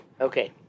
Okay